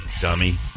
dummy